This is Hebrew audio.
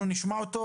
אנחנו ניתן לו